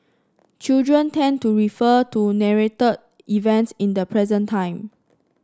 children tend to refer to narrated events in the present time